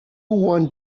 want